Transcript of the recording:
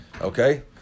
Okay